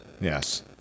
Yes